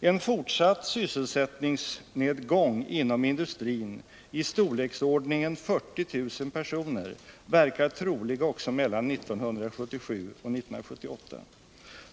”En fortsatt sysselsättningsnedgång inom industrin i storleksordningen 40 000 personer verkar trolig också mellan 1977 och 1978.